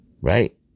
Right